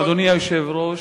אדוני היושב-ראש,